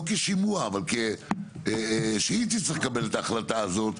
לא כשימוע אבל שהיא תצטרך לקבל את ההחלטה הזאת,